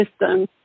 system